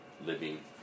living